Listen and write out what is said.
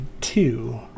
two